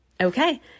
Okay